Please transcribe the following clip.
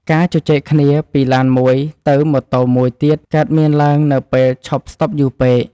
ការជជែកគ្នាពីឡានមួយទៅម៉ូតូមួយទៀតកើតមានឡើងនៅពេលឈប់ស្ដុបយូរពេក។